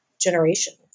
generations